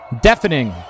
Deafening